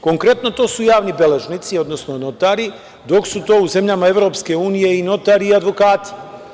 Konkretno to su javni beležnici, odnosno notari, dok su to u zemljama EU i notari i advokati.